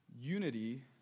Unity